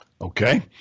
Okay